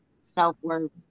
self-worth